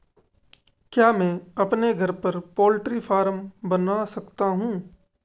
क्या मैं अपने घर पर पोल्ट्री फार्म बना सकता हूँ?